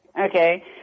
okay